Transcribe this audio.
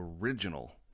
original